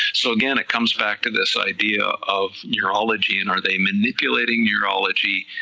so again it comes back to this idea of neurology and are they manipulating neurology